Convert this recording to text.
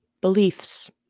Beliefs